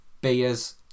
Beers